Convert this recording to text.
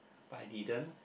but I didn't